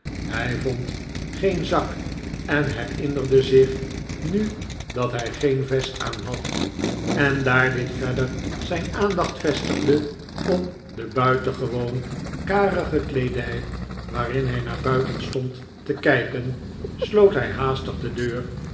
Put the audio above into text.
hij vond geen zak en herinnerde zich nu dat hij geen vest aanhad en daar dit verder zijn aandacht vestigde op de buitengewoon karige kleedij waarin hij naar buiten stond te kijken sloot hij haastig de deur